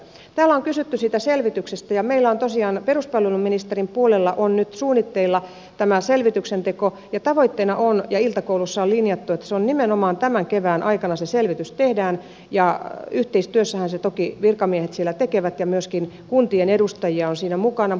täällä on kysytty siitä selvityksestä ja meillä on tosiaan peruspalveluministerin puolella nyt suunnitteilla tämä selvityksen teko ja tavoitteena on iltakoulussa on linjattu että se selvitys tehdään nimenomaan tämän kevään aikana ja yhteistyössähän se toki tehdään virkamiehet siellä tekevät ja myöskin kuntien edustajia on siinä mukana